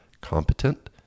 competent